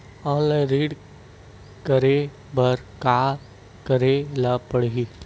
Online ऋण करे बर का करे ल पड़हि?